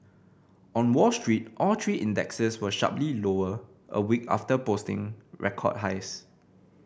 on Wall Street all three indexes were sharply lower a week after posting record highs